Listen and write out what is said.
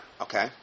Okay